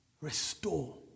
restore